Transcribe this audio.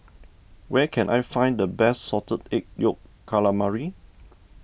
where can I find the best Salted Egg Yolk Calamari